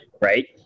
right